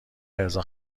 علیرضا